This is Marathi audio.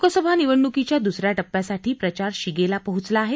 लोकसभा निवडण्कीच्या द्सऱ्या टप्प्यासाठी प्रचार शिगेला पोहोचला आहे